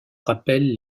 rappelle